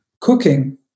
cooking